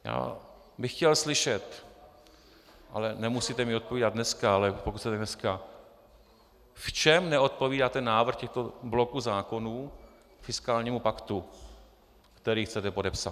Já bych chtěl slyšet, ale nemusíte mi odpovídat dneska, ale pokud chcete dneska, v čem neodpovídá ten návrh těchto bloků zákonů fiskálnímu paktu, který chcete podepsat.